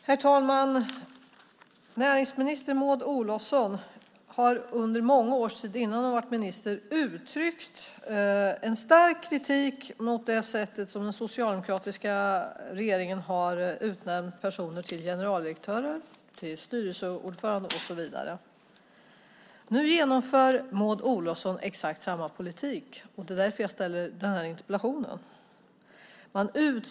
Herr talman! Näringsminister Maud Olofsson har under många års tid innan hon blev minister uttryckt stark kritik mot det sätt på vilket den socialdemokratiska regeringen har utnämnt personer till generaldirektörer, styrelseordförande och så vidare. Nu genomför Maud Olofsson exakt samma politik. Det är därför jag ställer den här interpellationen.